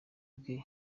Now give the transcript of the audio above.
bwe